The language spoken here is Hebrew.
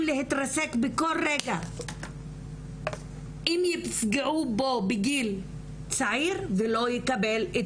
להתרסק בכל רגע אם יפגעו בו בגיל צעיר ולא יקבל את